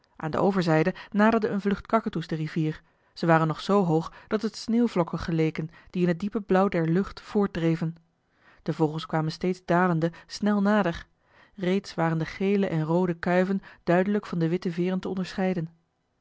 aan de overzijde naderde eene vlucht kakatoes de rivier ze waren nog zoo hoog dat het sneeuwvlokken geleken die in het diepe blauw der lucht voortdreven de vogels kwamen steeds dalende snel nader reeds waren de gele en roode kuiven duidelijk van de witte veeren te onderscheiden